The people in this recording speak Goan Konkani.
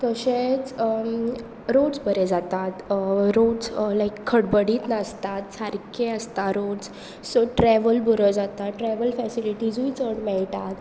तशेंच रोड्स बरे जातात रोड्स लायक खडबडीत नासतात सारके आसता रोड्स सो ट्रेवल बरो जाता ट्रेवल फेसिलिटीजूय चड मेळटात